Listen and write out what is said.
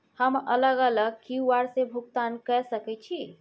हम अलग अलग क्यू.आर से भुगतान कय सके छि?